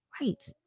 Right